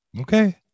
Okay